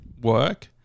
work